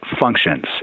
functions